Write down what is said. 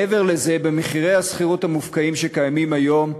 מעבר לזה, במחירי השכירות המופקעים שקיימים היום,